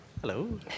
Hello